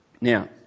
Now